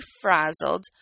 frazzled